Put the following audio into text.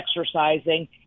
exercising